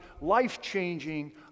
life-changing